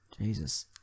Jesus